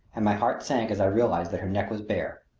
and my heart sank as i realized that her neck was bare.